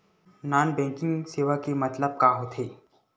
Non banking सेवा के मतलब का होथे?